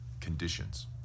conditions